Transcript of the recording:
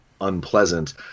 unpleasant